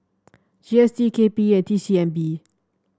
G S T K P E and T C M P